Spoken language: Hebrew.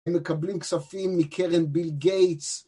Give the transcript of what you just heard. הם מקבלים כספים מקרן ביל גייטס